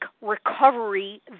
recovery